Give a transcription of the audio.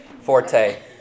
forte